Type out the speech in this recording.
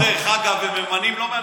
עכשיו, דרך אגב, הם ממנים לא מהנבחרת.